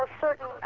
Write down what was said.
certain